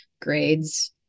grades